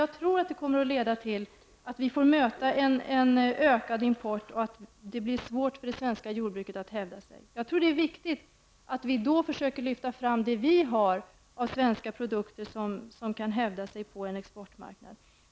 Jag tror att det kommer att leda till att vi får möta en ökad import och att det blir svårt för det svenska jordbruket att hävda sig. Det är viktigt att vi då försöker lyfta fram det vi har av svenska produkter som kan hävda sig på en exportmarknad.